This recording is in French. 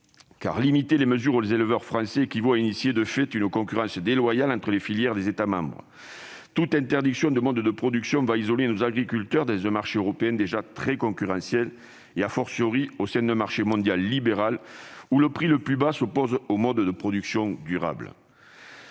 limiter les mesures aux éleveurs français équivaut à instaurer, de fait, une concurrence déloyale entre les filières des États membres. Toute interdiction de mode de production va isoler nos agriculteurs dans un marché européen déjà très concurrentiel et,, au sein d'un marché mondial libéral, où le prix le plus bas s'oppose aux modes de production durables.